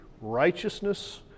righteousness